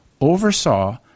oversaw